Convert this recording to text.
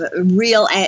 real